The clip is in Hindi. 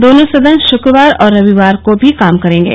दोनों सदन शुक्रवार और रविवार को भी काम करेंगे